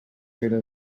fera